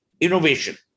innovation